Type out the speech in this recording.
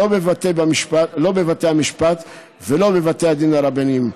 לא בבתי המשפט ולא בבתי הדין הרבניים.